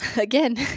Again